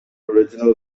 original